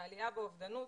מעלייה באובדנות.